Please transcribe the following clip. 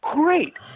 great